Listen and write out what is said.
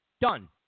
Done